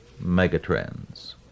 Megatrends